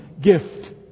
gift